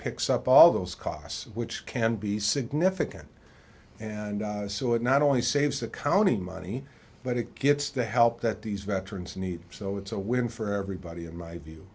picks up all those costs which can be significant and so it not only saves the county money but it gets the help that these veterans need so it's a win for everybody in my view